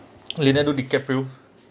leonardo dicaprio